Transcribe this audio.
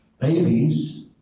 babies